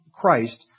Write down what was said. Christ